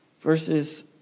verses